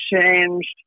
changed